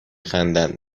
خندند